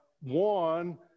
one